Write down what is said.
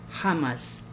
hamas